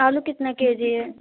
आलू कितना केजी है